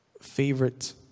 favorite